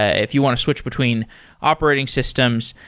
ah if you want to switch between operating systems,